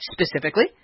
Specifically